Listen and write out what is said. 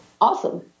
Awesome